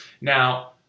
Now